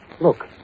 Look